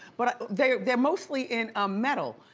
but they're they're mostly in ah metal.